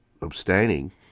abstaining